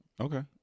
Okay